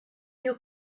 you